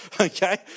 okay